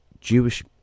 Jewish